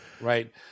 right